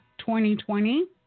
2020